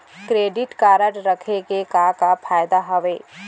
Credit card रखे के का का फायदा हवे?